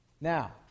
Now